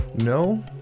No